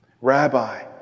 Rabbi